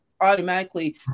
automatically